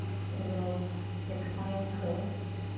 so a little reclined twist.